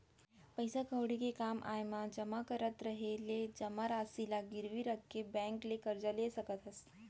पइसा कउड़ी के काम आय म जमा करत रहें ले जमा रासि ल गिरवी रख के बेंक ले करजा ले सकत हस